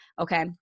Okay